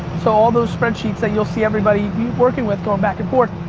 so all those spread sheets that you'll see everybody working with going back and forth.